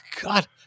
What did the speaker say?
God